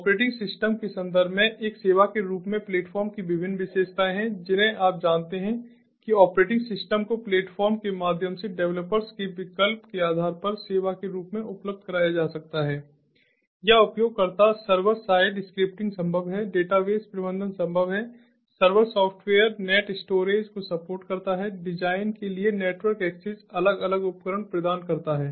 operating system के संदर्भ में एक सेवा के रूप में प्लेटफ़ॉर्म की विभिन्न विशेषताएं हैं जिन्हें आप जानते हैं कि ऑपरेटिंग सिस्टम को प्लेटफ़ॉर्म के माध्यम से डेवलपर्स के विकल्प के आधार पर सेवा के रूप में उपलब्ध कराया जा सकता है या उपयोगकर्ता सर्वर साइड स्क्रिप्टिंग संभव है डेटाबेस प्रबंधन संभव है सर्वर सॉफ्टवेयर नेट स्टोरेज को सपोर्ट करता है डिजाइन के लिए नेटवर्क एक्सेस अलग अलग उपकरण प्रदान करता है